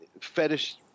fetish